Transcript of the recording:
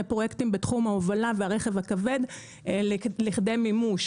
פרויקטים בתחום ההובלה והרכב הכבד לכדי מימוש.